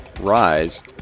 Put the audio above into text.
rise